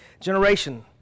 generation